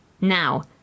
Now